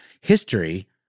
History